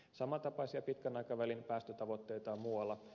samantapaisia pitkän aikavälin päästötavoitteita on muualla